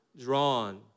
drawn